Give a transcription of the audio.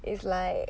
is like